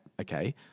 Okay